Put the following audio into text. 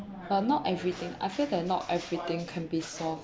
but not everything I feel that not everything can be solved